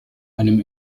einem